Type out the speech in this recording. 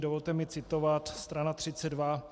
Dovolte mi citovat str. 32: